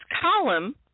column